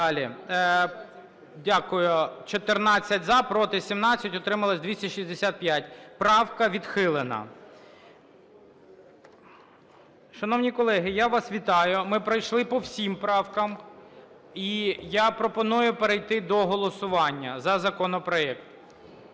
Дякую. 14 – за, проти -17, утримались – 265. Правка відхилена. Шановні колеги, я вас вітаю. Ми пройшли по всім правкам. І я пропоную перейти до голосування за законопроект.